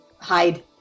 Hide